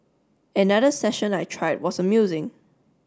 another session I tried was amusing